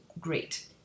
great